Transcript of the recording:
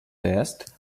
test